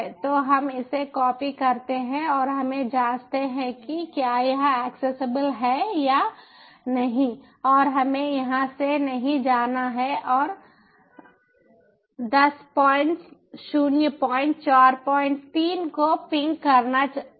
तो हम इसे कॉपी करते हैं और हमें जांचते हैं कि क्या यह ऐक्सेसबलहै या नहीं और हमें यहां से नहीं जाना है और 10043 को पिंग करना है